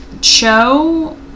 Cho